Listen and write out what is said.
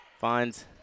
Finds